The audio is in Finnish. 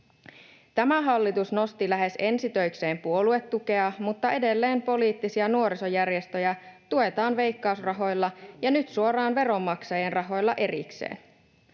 Tämä hallitus nosti lähes ensi töikseen puoluetukea, mutta edelleen poliittisia nuorisojärjestöjä tuetaan veikkausrahoilla ja nyt suoraan veronmaksajien rahoilla erikseen.